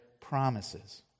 promises